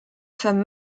femme